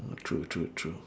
true true true